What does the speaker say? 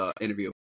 interview